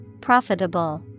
Profitable